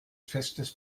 festes